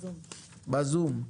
בזום.